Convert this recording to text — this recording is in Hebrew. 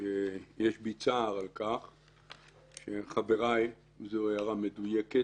שיש בי צער על כך שחבריי, זו הערה מדויקת,